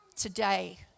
today